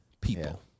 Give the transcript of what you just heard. people